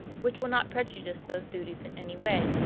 which will not prejudice those duties in any way.